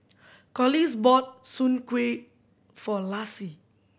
Corliss bought soon kway for Laci